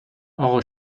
آقا